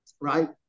Right